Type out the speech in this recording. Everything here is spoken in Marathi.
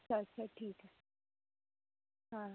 अच्छा अच्छा ठीक आहे हा